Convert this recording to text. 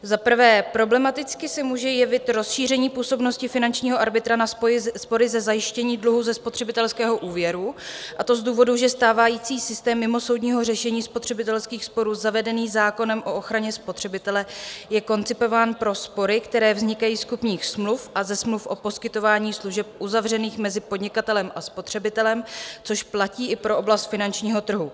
Za prvé, problematicky se může jevit rozšíření působnosti finančního arbitra na spory ze zajištění dluhu ze spotřebitelského úvěru, a to z důvodu, že stávající systém mimosoudního řešení spotřebitelských sporů zavedený zákonem o ochraně spotřebitele je koncipován pro spory, které vznikají z kupních smluv a ze smluv o poskytování služeb v uzavřených mezi podnikatelem a spotřebitelem, což platí i pro oblast finančního trhu.